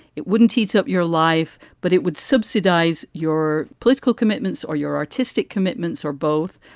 it wouldn't heat up your life, but it would subsidize your political commitments or your artistic commitments or both.